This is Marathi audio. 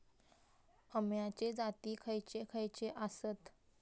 अम्याचे जाती खयचे खयचे आसत?